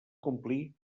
complir